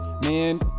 man